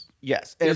Yes